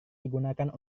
digunakan